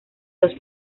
dos